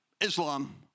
Islam